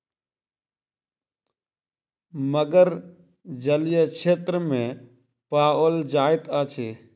मगर जलीय क्षेत्र में पाओल जाइत अछि